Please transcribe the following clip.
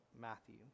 Matthew